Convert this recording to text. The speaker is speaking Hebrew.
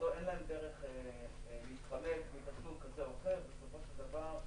אין להן דרך להתחמק מתשלום כזה או אחר ובסופו של דבר,